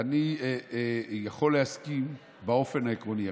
אני יכול להסכים באופן עקרוני,